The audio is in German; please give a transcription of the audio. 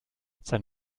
sein